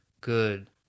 good